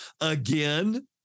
again